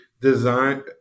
design